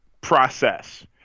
process